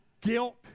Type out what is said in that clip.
guilt